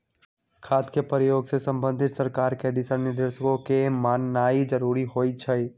खाद के प्रयोग से संबंधित सरकार के दिशा निर्देशों के माननाइ जरूरी होइ छइ